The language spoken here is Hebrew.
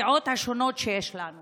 בדעות השונות שיש לנו.